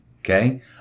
okay